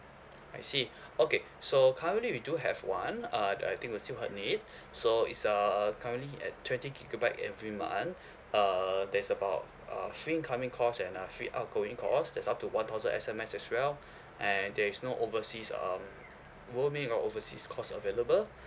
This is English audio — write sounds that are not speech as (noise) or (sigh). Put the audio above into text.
I see (breath) okay so currently we do have one uh I think will suit her need (breath) so is uh currently at twenty gigabyte every month (breath) uh that's about uh free incoming calls and uh free outgoing calls there's up to one thousand S_M_S as well (breath) and there is no overseas um roaming or overseas calls available (breath)